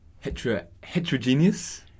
heterogeneous